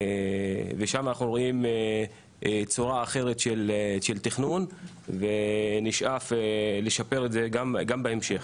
ושם אנחנו רואים צורה אחרת של תכנון ונשאף לשפר את זה גם בהמשך.